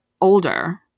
older